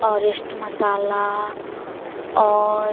Everest मसाला और